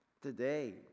today